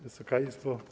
Wysoka Izbo!